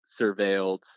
surveilled